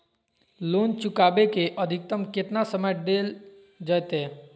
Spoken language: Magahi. लोन चुकाबे के अधिकतम केतना समय डेल जयते?